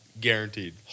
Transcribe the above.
Guaranteed